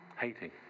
hating